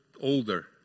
older